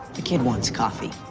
the kid wants coffee,